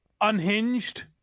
unhinged